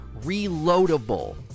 reloadable